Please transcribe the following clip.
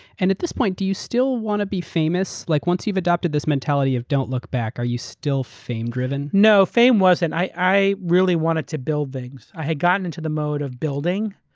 and at this point, do you still want to be famous? like once you've adopted this mentality of don't look back, are you still fame driven? no, fame wasn't. i really wanted to build things. i had gotten into the mode of building,